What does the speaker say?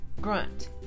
Grunt